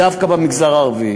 דווקא במגזר הערבי.